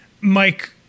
Mike